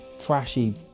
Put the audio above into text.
trashy